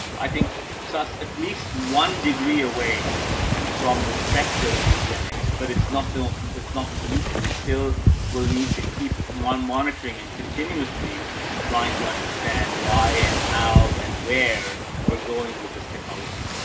i think so so at least one degree away from the specter of eugenics, but it's not, it's not the solution. we still will need to keep one monitoring and continuously trying to understand why and how and where we're going with this technology.